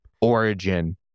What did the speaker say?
origin